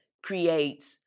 creates